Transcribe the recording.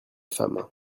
femmes